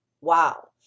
wow